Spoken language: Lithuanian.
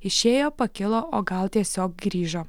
išėjo pakilo o gal tiesiog grįžo